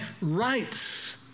rights